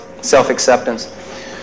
self-acceptance